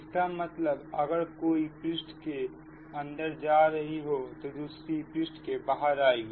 इसका मतलब अगर कोई एक पृष्ठ के अंदर जा रही हो तो दूसरी पृष्ठ के बाहर आएगी